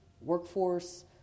workforce